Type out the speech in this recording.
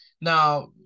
Now